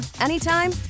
anytime